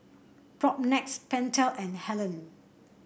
Propnex Pentel and Helen